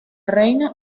reina